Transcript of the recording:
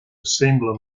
assembler